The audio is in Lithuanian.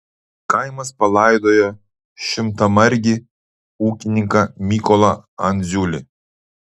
kaimas palaidojo šimtamargį ūkininką mykolą andziulį